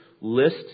list